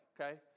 okay